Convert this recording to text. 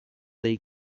dei